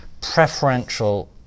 preferential